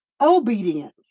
obedience